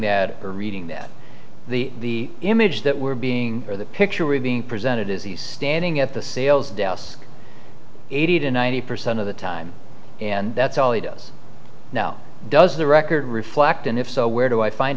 or reading that the image that were being or the picture were being presented as he's standing at the sales desk eighty to ninety percent of the time and that's all he does now does the record reflect and if so where do i find